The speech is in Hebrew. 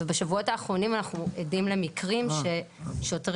ובשבועות האחרונים אנחנו עדים למקרים ששוטרי